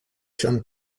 shun